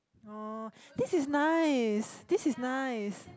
oh this is nice this is nice